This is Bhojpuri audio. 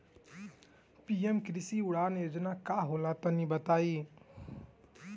पी.एम कृषि उड़ान योजना का होला तनि बताई?